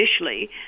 initially